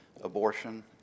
Abortion